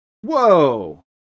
Whoa